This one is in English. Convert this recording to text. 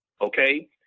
okay